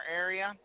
area